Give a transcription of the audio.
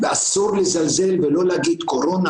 ואסור לזלזל ולא להגיד קורונה,